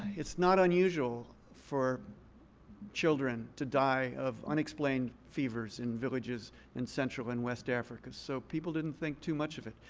it's not unusual for children to die of unexplained fevers in villages in central and west africa. so people didn't think too much of it.